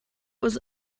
was